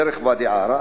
דרך ואדי עארה,